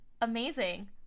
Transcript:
amazing